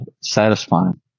satisfying